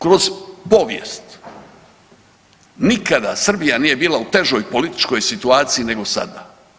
Kroz povijest nikada Srbija nije bila u težoj političkoj situaciji nego sada.